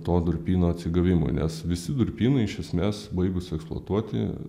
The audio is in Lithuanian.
to durpyno atsigavimui nes visi durpynai iš es mės baigus eksploatuoti